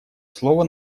слово